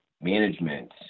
management